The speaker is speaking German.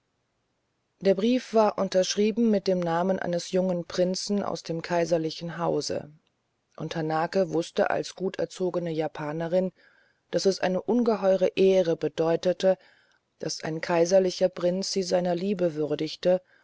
der brief war unterschrieben mit dem namen eines jungen prinzen aus dem kaiserlichen hause und hanake wußte als guterzogene japanerin daß es eine ungeheure ehre bedeutete daß ein kaiserlicher prinz sie seiner liebe würdigte